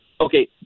okay